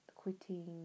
quitting